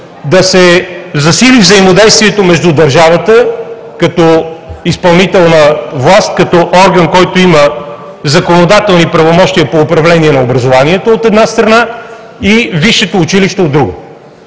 да се засили взаимодействието между държавата като изпълнителна власт, като орган, който има законодателни правомощия по управление на образованието, от една страна, и висшето училище, от друга,